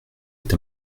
est